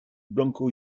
blanco